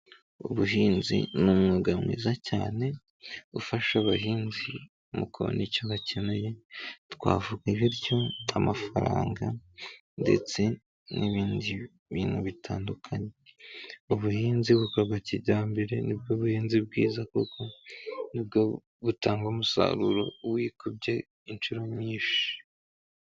Ubuhinzi n'umwuga mwiza cyane ufasha abahinzi mu kubona icyo bakeneye twavuga ibiryo, amafaranga ndetse n'ibindi bintu bitandukanye, ubuhinzi bukorwa kijyambere nibwo buhinzi bwiza kuko nibwo butanga umusaruro wikubye inshuro nyinshi.